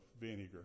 vinegar